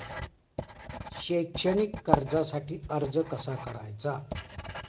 शैक्षणिक कर्जासाठी अर्ज कसा करायचा?